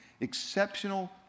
exceptional